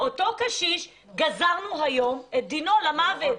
אותו קשיש גזרנו היום את דינו למוות